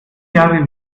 jahre